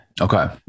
Okay